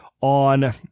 on